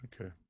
Okay